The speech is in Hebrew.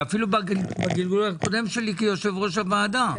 בגלגול הקודם שלי כיושב-ראש הוועדה.